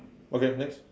okay next